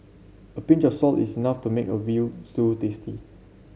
a pinch of salt is enough to make a veal tasty